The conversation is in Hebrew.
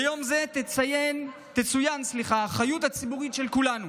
ביום זה תצוין האחריות הציבורית של כולנו